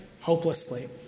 hopelessly